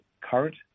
current